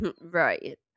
right